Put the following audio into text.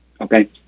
Okay